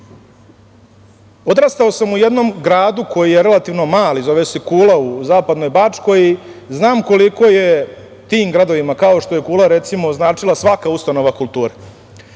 sam u jednom gradu, koji je relativno mali zove se Kula u zapadnoj Bačkoj, znam koliko je tim gradovima kao što je Kula recimo značila svaka ustanova kulture.